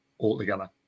altogether